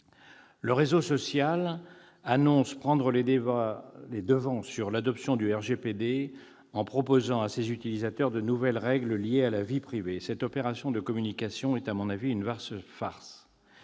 Le réseau social annonce prendre les devants sur l'adoption du RGPD, en proposant à ses utilisateurs de nouvelles règles liées à la vie privée. Cette opération de communication est, à mon avis, une vaste